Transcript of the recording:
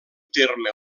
terme